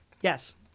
Yes